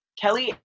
Kelly